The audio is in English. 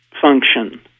function